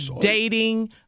dating